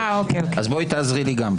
אז בואי תעזרי לי גם,